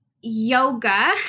yoga